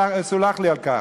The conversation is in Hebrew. ויסולח לי על כך,